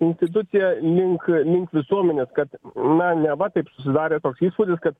institucija į link link visuomenės kad na neva taip susidarė toks įspūdis kad